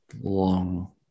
long